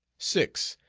six.